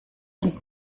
und